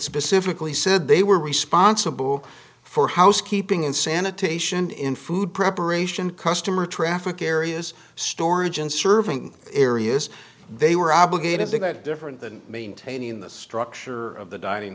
specifically said they were responsible for housekeeping and sanitation in food preparation customer traffic areas storage and serving areas they were obligated to that different than maintaining the structure of the dining